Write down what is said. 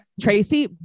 tracy